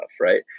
right